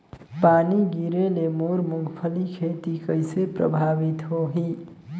पानी गिरे ले मोर मुंगफली खेती कइसे प्रभावित होही?